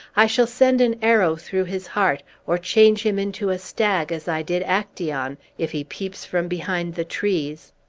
i shall send an arrow through his heart, or change him into a stag, as i did actaeon, if he peeps from behind the trees!